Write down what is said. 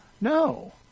No